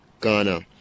Ghana